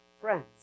friends